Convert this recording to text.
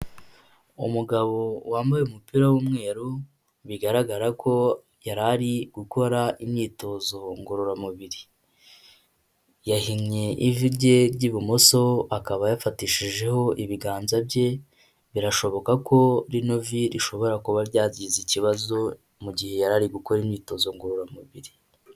Umugabo wambaye umupira w'umweru, bigaragara ko yari ari gukora imyitozo ngororamubiri. Yahinnye ivi rye ry'ibumoso akaba yafatishije ibiganza bye, birashoboka ko rino vi rishobora kuba ryagize ikibazo, mu gihe yari gukora imyitozo ngororamubiri.